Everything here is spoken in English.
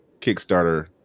Kickstarter